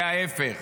זה ההפך.